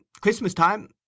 Christmas-time